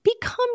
become